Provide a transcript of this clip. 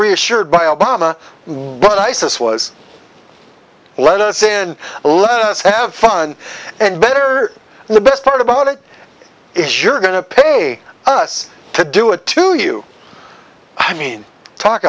reassured by obama what isis was let us in let us have fun and better and the best part about it is you're going to pay us to do it to you i mean talk